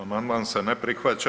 Amandman se ne prihvaća.